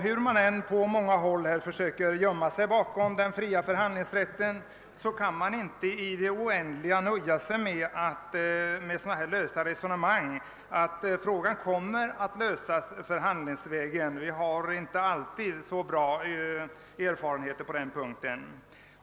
Hur man än på många håll försöker gömma sig bakom den fria förhandlingsrätten, kan man inte i det oändliga nöja sig med allmänna resonemang om att frågan kommer att lösas förhandlingsvägen — vi har inte alltid haft så goda erfarenheter på den punkten.